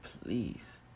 please